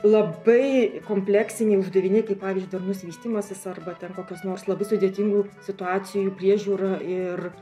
labai kompleksiniai uždaviniai kaip pavyzdžiui darnus vystymasis arba ten kokios nors labai sudėtingų situacijų priežiūra ir